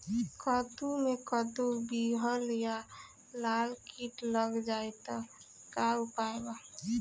कद्दू मे कद्दू विहल या लाल कीट लग जाइ त का उपाय बा?